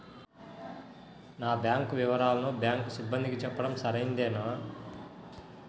నా బ్యాంకు వివరాలను బ్యాంకు సిబ్బందికి చెప్పడం సరైందేనా?